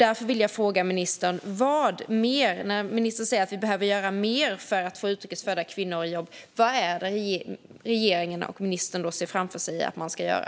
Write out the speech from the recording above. Därför vill jag fråga ministern: När ministern säger att vi behöver göra mer för att få utrikes födda kvinnor i jobb, vad är det då regeringen och ministern ser framför sig att man ska göra?